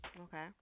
Okay